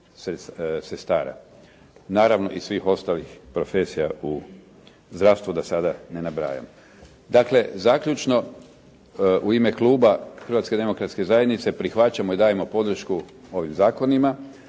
sestara, naravno i svih ostalih profesija u zdravstvu da sada ne nabrajam. Dakle zaključno. U ime kluba Hrvatske demokratske zajednice prihvaćamo i dajemo podršku ovim zakonima.